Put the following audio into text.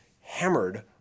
hammered